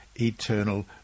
eternal